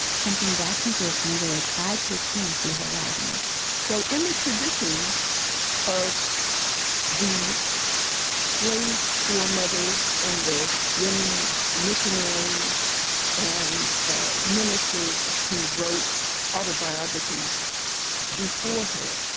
something braxton says angela tried to achieve through her writing so in the tradition of these slave for mothers and the women, missionaries and ah ministers who wrote autobiographies before her.